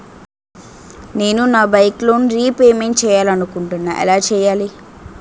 నేను నా bike loan repayment చేయాలనుకుంటున్నా ఎలా చేయాలి?